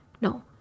No